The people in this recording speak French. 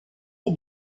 est